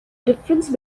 difference